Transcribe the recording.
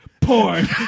Porn